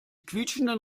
quietschenden